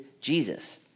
Jesus